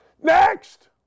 Next